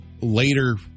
later